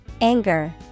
Anger